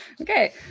Okay